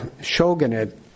shogunate